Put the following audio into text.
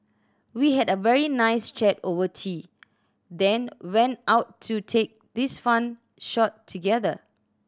we had a very nice chat over tea then went out to take this fun shot together